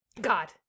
God